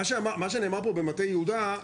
מה שנאמר פה במטה יהודה,